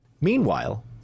Meanwhile